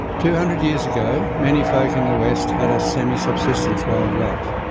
two hundred years ago many folk in the west had a semi-subsistence way of life.